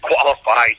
qualified